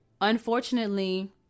Unfortunately